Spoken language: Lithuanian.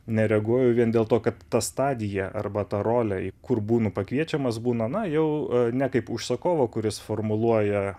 nereaguoju vien dėl to kad ta stadija arba ta rolė kur būnu pakviečiamas būna na jau ne kaip užsakovo kuris formuluoja